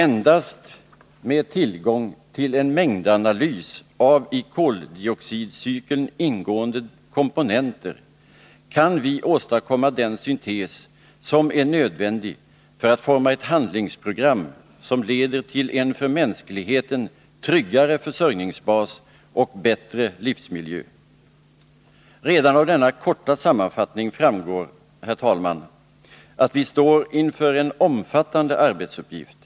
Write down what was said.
Endast med tillgång till en mängdanalys av i koldioxidcykeln ingående komponenter kan vi åstadkomma den syntes som är nödvändig för att forma ett handlingsprogram som leder till en för mänskligheten tryggare försörjningsbas och bättre livsmiljö. Redan av denna korta sammanfattning framgår, herr talman, att vi står inför en omfattande arbetsuppgift.